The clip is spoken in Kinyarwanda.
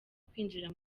kwinjira